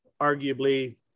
arguably